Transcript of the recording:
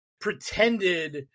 pretended –